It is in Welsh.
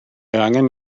angen